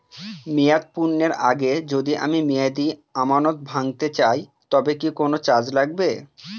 মেয়াদ পূর্ণের আগে যদি আমি মেয়াদি আমানত ভাঙাতে চাই তবে কি কোন চার্জ লাগবে?